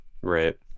Right